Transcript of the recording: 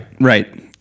right